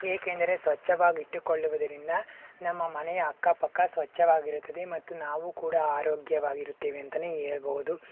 ಏಕೆಂದರೆ ಸ್ವಚ್ಛವಾಗಿ ಇಟ್ಟುಕೊಳ್ಳುವುದರಿಂದ ನಮ್ಮ ಮನೆಯ ಅಕ್ಕಪಕ್ಕ ಸ್ವಚ್ಛವಾಗಿರುತ್ತದೆ ಮತ್ತು ನಾವೂ ಕೂಡ ಆರೋಗ್ಯವಾಗಿರುತ್ತೇವೆ ಅಂತನೇ ಹೇಳ್ಬೌದು